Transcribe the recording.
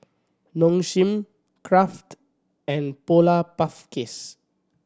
Nong Shim Kraft and Polar Puff Cakes